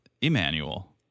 Emmanuel